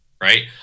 right